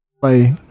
play